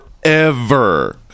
forever